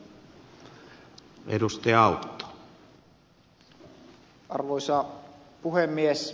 arvoisa puhemies